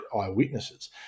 eyewitnesses